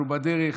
אנחנו בדרך,